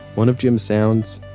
one of jim's sounds